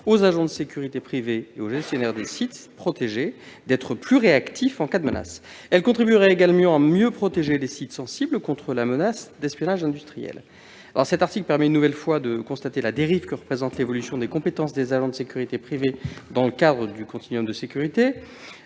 aux agents de sécurité privée et aux gestionnaires des sites protégés d'être plus réactifs en cas de menace. La mesure prévue contribuerait également à mieux protéger les sites sensibles contre le risque d'espionnage industriel. Cet article nous permet une nouvelle fois d'observer la dérive que constitue l'évolution des compétences des agents de sécurité privée dans le cadre du « continuum de sécurité